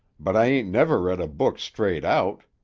but i ain't never read a book straight out.